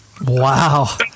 wow